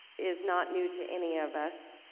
is not new to any of us